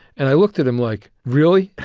and i looked at him like, really?